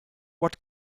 what